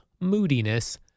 moodiness